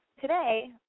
today